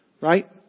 right